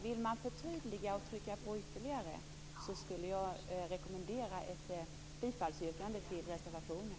Vill man förtydliga och ytterligare trycka på skulle jag rekommendera ett yrkande om bifall till reservationen.